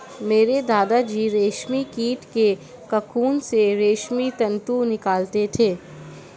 मेरे दादा जी रेशमी कीट के कोकून से रेशमी तंतु निकालते थे